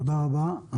תודה רבה.